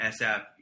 sf